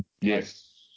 Yes